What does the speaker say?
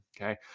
Okay